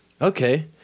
okay